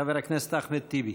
חבר הכנסת אחמד טיבי.